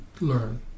learn